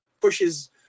pushes